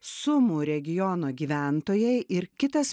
sumu regiono gyventojai ir kitas